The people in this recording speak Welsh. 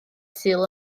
sul